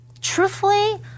truthfully